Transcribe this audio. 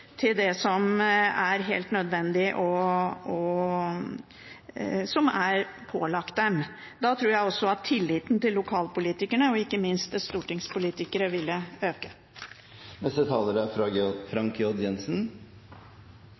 til det som er helt nødvendig, og som er pålagt dem. Da tror jeg at tilliten til lokalpolitikere og ikke minst til stortingspolitikere ville øke. Dette blir på direkte oppfordring fra